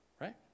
Right